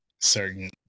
certain